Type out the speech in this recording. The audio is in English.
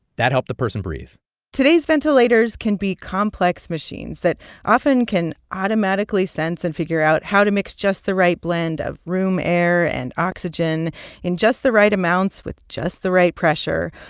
that helped the person breathe today's ventilators can be complex machines that often can automatically sense and figure out how to mix just the right blend of room air and oxygen in just the right amounts with just the right pressure,